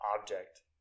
object